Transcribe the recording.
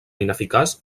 ineficaç